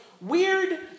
weird